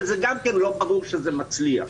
ולא ברור שזה מצליח.